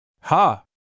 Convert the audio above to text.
Ha